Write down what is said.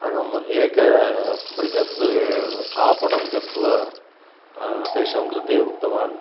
अहम् एकं बृहत् आपणं गत्वा तेषां कृते उक्तवान्